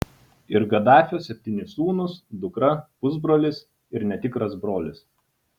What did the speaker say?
ir gadafio septyni sūnūs dukra pusbrolis ir netikras brolis